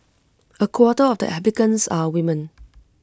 A quarter of the applicants are women